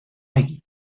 نگیر